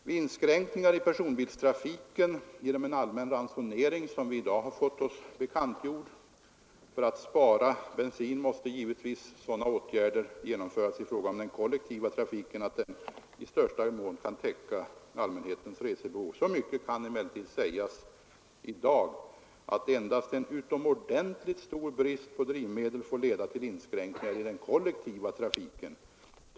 Vid inskränkningar i personbilstrafiken genom en allmän ransonering, som vi i dag fått oss bekantgjord, för att spara bensin måste givetvis sådana åtgärder vidtas i fråga om den kollektiva trafiken, att denna i största mån kan täcka allmänhetens resebehov. Så mycket kan sägas i dag att endast en utomordentligt stor brist på drivmedel får leda till inskränkningar i den kollektiva trafiken.